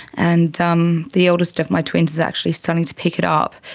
and um the eldest of my twins is actually starting to pick it up.